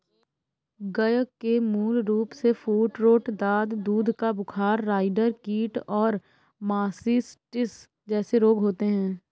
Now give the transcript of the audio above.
गय के मूल रूपसे फूटरोट, दाद, दूध का बुखार, राईडर कीट और मास्टिटिस जेसे रोग होते हें